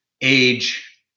age